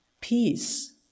peace